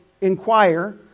inquire